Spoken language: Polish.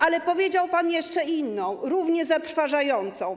Ale powiedział pan jeszcze inną, równie zatrważającą rzecz.